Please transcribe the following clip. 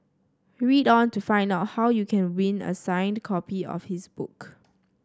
read on to find out how you can win a signed copy of his book